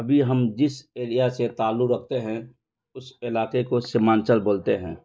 ابھی ہم جس ایریا سے تعلق رکھتے ہیں اس علاقے کو سیمانچل بولتے ہیں